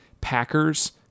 packers